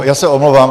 Já se omlouvám.